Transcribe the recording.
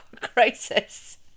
crisis